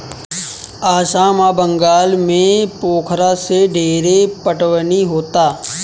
आसाम आ बंगाल में पोखरा से ढेरे पटवनी होता